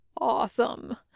awesome